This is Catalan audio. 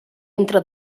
entra